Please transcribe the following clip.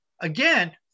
Again